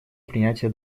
принятия